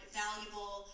valuable